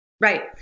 Right